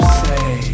say